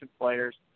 players